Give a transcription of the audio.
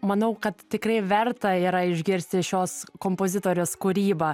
manau kad tikrai verta yra išgirsti šios kompozitorės kūrybą